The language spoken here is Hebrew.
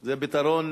זה פתרון,